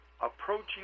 approaching